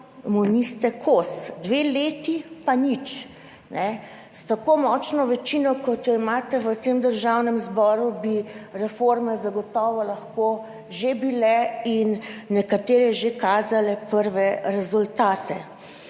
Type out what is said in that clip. mu niste kos, dve leti, pa nič, kajne. S tako močno večino kot jo imate v tem Državnem zboru, bi reforme zagotovo lahko že bile in nekatere že kazale prve rezultate.